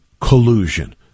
collusion